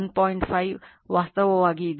5 ವಾಸ್ತವವಾಗಿ ಇದು 1